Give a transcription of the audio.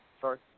Sorry